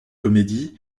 comédies